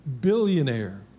Billionaire